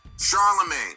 Charlemagne